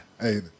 Hey